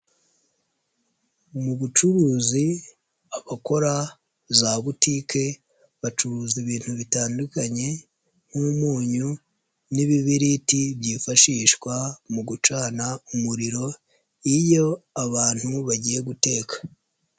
Mu bucuruzi abakora za butike bacuruza ibintu bitandukanye nk'umunyu n'ibibiriti byifashishwa mu gucana umuriro iyo abantu bagiye guteka.